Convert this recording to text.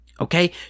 Okay